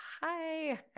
hi